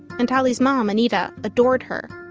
and tali's mom, anita, adored her,